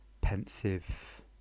pensive